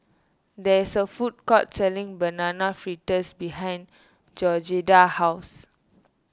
there is a food court selling Banana Fritters behind Georgetta's house